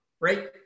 right